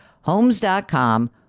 Homes.com